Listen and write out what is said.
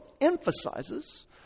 emphasizes